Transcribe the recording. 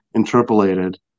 interpolated